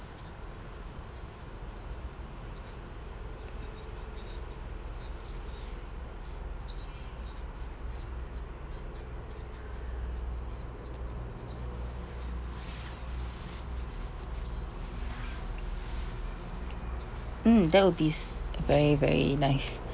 mm that will be s~ very very nice